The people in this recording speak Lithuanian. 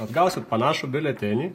atgausit panašų biuletenį